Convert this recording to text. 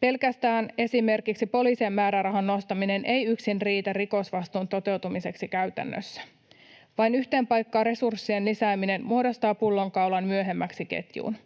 Pelkästään esimerkiksi poliisin määrärahan nostaminen ei yksin riitä rikosvastuun toteutumiseksi käytännössä. Vain yhteen paikkaan resurssien lisääminen muodostaa pullonkaulan myöhemmäksi ketjuun.